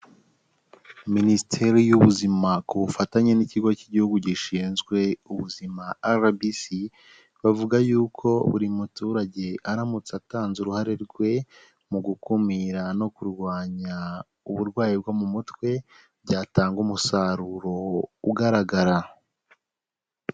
Minisiteri y'Ubuzima ku bufatanye n'Ikigo cy'Igihugu gishinzwe ubuzima RBC, bavuga yuko buri muturage aramutse atanze uruhare rwe mu gukumira no kurwanya uburwayi bwo mu mutwe byatanga umusaruro ugaragara.